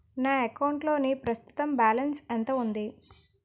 నా అకౌంట్ లోని ప్రస్తుతం బాలన్స్ ఎంత ఉంది?